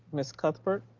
ms. cuthbert.